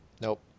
Nope